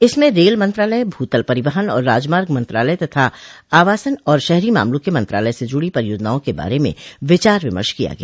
इसमें रेल मंत्रालय भूतल परिवहन और राजमार्ग मंत्रालय तथा आवासन और शहरी मामलों के मंत्रालय से जुडो परियोजनाओं के बारे म विचार विमर्श किया गया